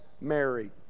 Mary